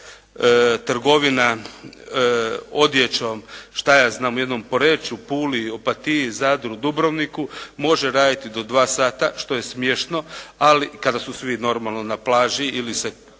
neka trgovina odjećom, šta ja znam u jednom Poreču, Puli, Opatiji, Zadru, Dubrovniku može raditi do 2 sata što je smiješno, ali, kada su svi normalno na plaži ili se kupaju